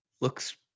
looks